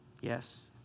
Yes